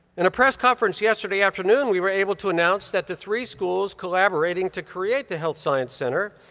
in a press conference yesterday afternoon, we were able to announce that the three schools collaborating to create the health science center,